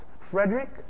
Frederick